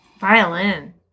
Violin